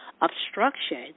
obstruction